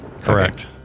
Correct